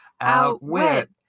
Outwit